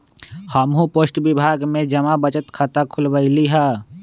हम्हू पोस्ट विभाग में जमा बचत खता खुलवइली ह